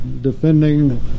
defending